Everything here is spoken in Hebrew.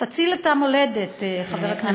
תציל את המולדת, חבר הכנסת טיבי.